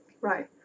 Right